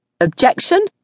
Objection